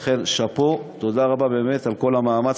לכן שאפו, תודה רבה על כל המאמץ.